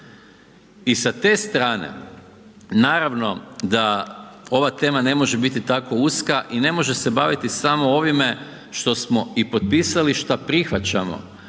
i sa te strane naravno da ova tema ne može biti tako uska i ne može se baviti samo ovime što smo i potpisali, šta prihvaćamo